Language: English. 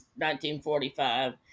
1945